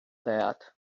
that